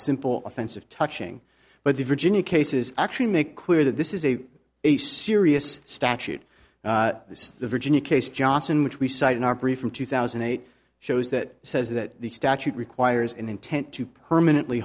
simple offensive touching but the virginia cases actually make clear that this is a a serious statute the virginia case johnson which we cite in our briefing two thousand and eight shows that says that the statute requires an intent to permanently